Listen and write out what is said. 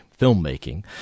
filmmaking